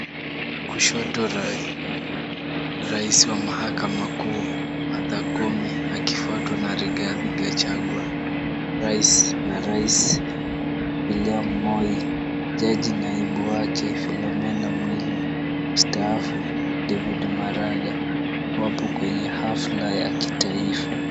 Kushoto rais wa mahakama kuu Martha Koome akifuatwa na Rigathi Gachagua na rais William Moi, jaji naibu wake Philomena Mwilu na msaafu David Maraga, wapo kwenye hafla ya kitaifa.